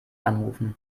anrufen